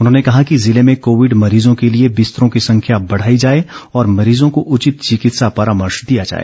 उन्होंने कहा कि ज़िले में कोविड मरीज़ों के लिए बिस्तरों की संख्या बढ़ाई जाए और मरीजों को उचित चिकित्सा परामर्श दिया जाए